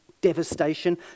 devastation